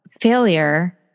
failure